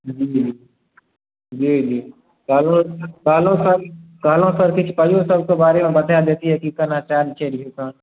जी जी कहलहुँ कहलहुँ सर कहलहुँ सर किछु पाइयो सभके बारेमे बताय दितियै की केना चार्ज छै